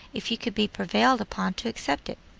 if you could be prevailed upon to accept it.